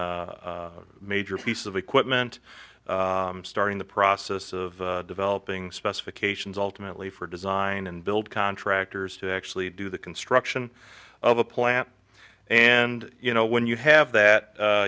major piece of equipment starting the process of developing specifications ultimately for design and build contractors to actually do the construction of a plant and you know when you have that